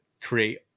create